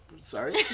sorry